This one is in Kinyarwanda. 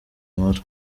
nkuru